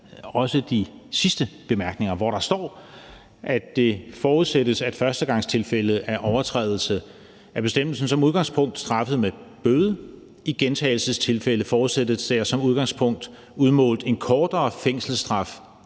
også de sidste bemærkninger, hvor der står: »Det forudsættes, at førstegangstilfælde af overtrædelse af bestemmelsen som udgangspunkt straffes med bøde. I gentagelsestilfælde forudsættes der som udgangspunkt udmålt en kortere fængselsstraf